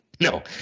no